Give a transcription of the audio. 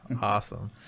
Awesome